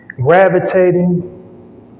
gravitating